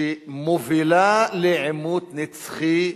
שמובילה לעימות נצחי באזור.